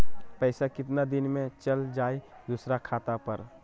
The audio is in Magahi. पैसा कितना दिन में चल जाई दुसर खाता पर?